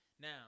Now